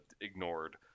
Ignored